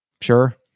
Sure